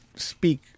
speak